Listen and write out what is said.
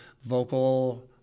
vocal